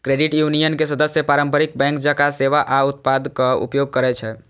credit union के सदस्य पारंपरिक बैंक जकां सेवा आ उत्पादक उपयोग करै छै